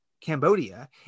cambodia